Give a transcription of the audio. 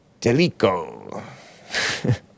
Delico